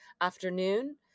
afternoon